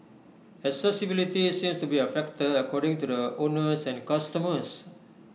accessibility seems to be A factor according to the owners and customers